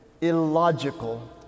illogical